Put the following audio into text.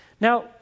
Now